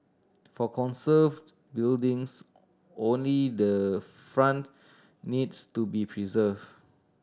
for conserved buildings only the front needs to be preserved